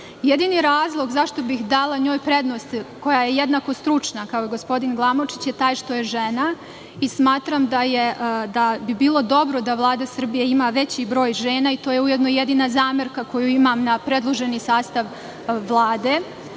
Jedini razlog zašto bih dala njoj prednost, koja je jednako stručna kao i gospodin Glamočić, je taj što je žena i smatram da bi bilo dobro da Vlada Srbije ima veći broj žena. To je ujedno i jedina zamerka koju imam na predloženi sastav Vlade. Znam